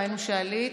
ראינו שעלית.